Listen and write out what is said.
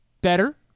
Better